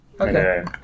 Okay